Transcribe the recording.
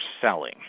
selling